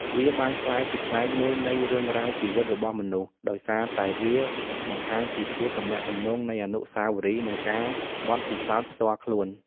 វាបានក្លាយជាផ្នែកមួយនៃរឿងរ៉ាវជីវិតរបស់មនុស្ស ដោយសារតែវាបង្ហាញពីភាពទំនាក់ទំនងនៃអនុស្សាវរីយ៍ និងការបទពិសោធន៍ផ្ទាល់ខ្លួន។